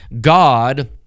God